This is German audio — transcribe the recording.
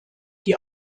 die